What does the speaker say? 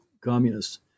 Communists